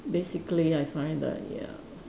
basically I find like ya